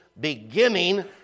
beginning